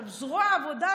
זרוע העבודה,